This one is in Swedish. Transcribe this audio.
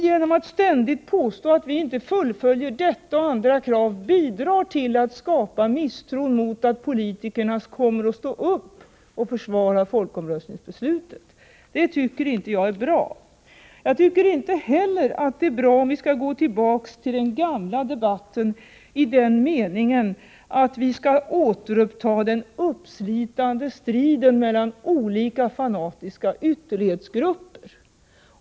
Genom att ständigt påstå att vi inte fullföljer detta och andra krav bidrar ni till att skapa misstro mot att politikerna kommer att stå upp och försvara folkomröstningsbeslutet. Det tycker inte jag är bra. Jag tycker inte heller att det är bra om vi skall gå tillbaka till den gamla debatten i den meningen att vi skall återuppta den uppslitande striden mellan olika fanatiska ytterlighetsgrupper.